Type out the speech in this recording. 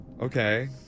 Okay